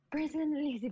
Personally